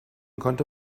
konnte